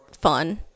fun